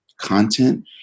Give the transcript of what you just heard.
content